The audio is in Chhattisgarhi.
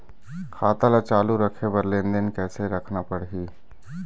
खाता ला चालू रखे बर लेनदेन कैसे रखना पड़ही?